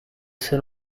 ser